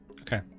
Okay